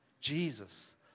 Jesus